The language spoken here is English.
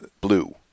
Blue